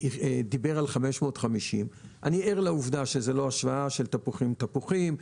שדיבר על 550. אני ער לעובדה שזו לא השוואה של תפוחים עם תפוחים.